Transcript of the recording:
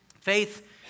Faith